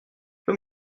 peux